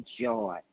joy